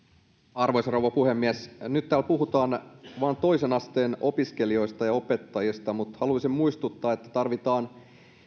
arvoisa rouva puhemies nyt täällä puhutaan vain toisen asteen opiskelijoista ja opettajista mutta haluaisin muistuttaa että tarvitaan